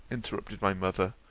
interrupted my mother?